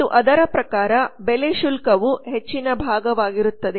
ಮತ್ತು ಅದರ ಪ್ರಕಾರ ಬೆಲೆ ಶುಲ್ಕವು ಹೆಚ್ಚಿನ ಭಾಗವಾಗಿರುತ್ತದೆ